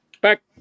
Back